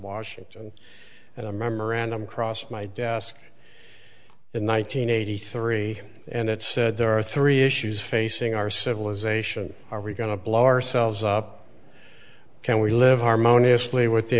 washington and a memorandum crossed my desk in one nine hundred eighty three and it said there are three issues facing our civilization are we going to blow ourselves up can we live harmoniously with the